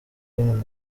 rimwe